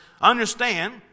understand